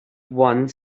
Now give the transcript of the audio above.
one